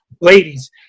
ladies